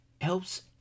helps